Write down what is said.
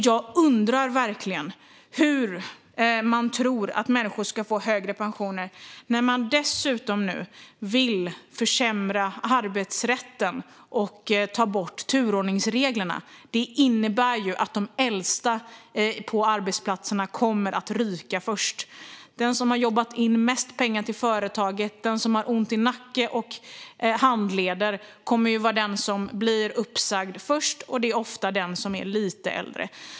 Jag undrar verkligen hur man tror att människor ska få högre pensioner när man dessutom vill försämra arbetsrätten och ta bort turordningsreglerna. Det innebär ju att de äldsta på arbetsplatserna kommer att ryka först. Den som har jobbat in mest pengar till företaget men har ont i nacke och handleder kommer att bli den som blir uppsagd först, och det är oftast den som är lite äldre.